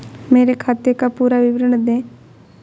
मेरे खाते का पुरा विवरण दे?